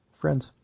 friends